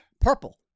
Purple